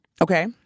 Okay